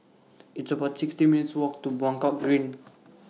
It's about sixty minutes' Walk to Buangkok Green